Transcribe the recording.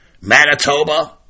Manitoba